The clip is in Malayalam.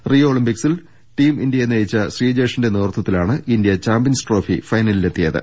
റിയോ ഒളിമ്പിക്സിൽ ടീം ഇന്ത്യയെ നയിച്ച ശ്രീജേഷിന്റെ നേതൃത്വ ത്തിലാണ് ഇന്ത്യ ചാമ്പ്യൻസ് ട്രോഫി ഫൈനലിലെത്തിയത്